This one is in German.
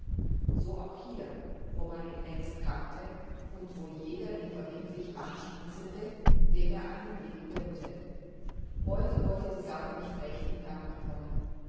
so auch hier wo man ihn längst kannte und wo jeder ihn verbindlich anschmunzelte dem er einen blick gönnte heute wollte die sache nicht recht in gang kommen